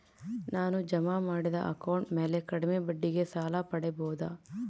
ನಾನು ಜಮಾ ಮಾಡಿದ ಅಕೌಂಟ್ ಮ್ಯಾಲೆ ಕಡಿಮೆ ಬಡ್ಡಿಗೆ ಸಾಲ ಪಡೇಬೋದಾ?